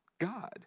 God